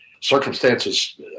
circumstances